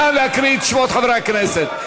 נא לקרוא בשמות חברי הכנסת.